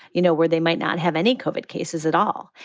you know, where they might not have any covered cases at all.